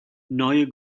neue